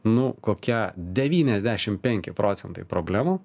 nu kokia devyniasdešim penki procentai problemų